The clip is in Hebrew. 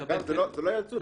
לקבל --- זה לא יאלצו,